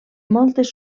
moltes